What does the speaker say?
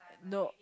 no